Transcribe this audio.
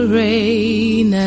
rain